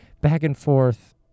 back-and-forth